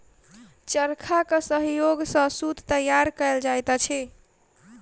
चरखाक सहयोग सॅ सूत तैयार कयल जाइत अछि